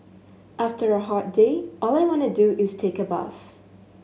after a hot day all I want do is take a bath